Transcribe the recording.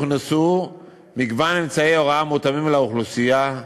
הוכנסו מגוון אמצעי הוראה מותאמים לאוכלוסייה,